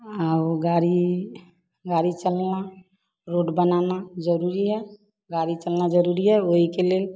और वो गाड़ी गारी चलना रोड बनाना जरूरी है गाड़ी चलना जरूरी है वही के लिए